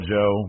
Joe